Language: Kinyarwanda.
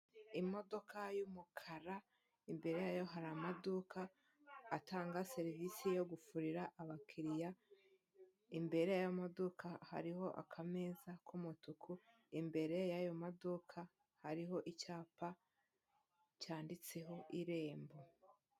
Imodoka y'umukara imbere yayo hari amaduka atanga serivisi yo gufurira abakiliya, imbere y'amaduka hariho akameza k'umutuku, imbere yayo maduka hariho icyapa cyanditseho irembo.